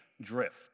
drift